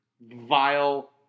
vile